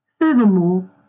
Furthermore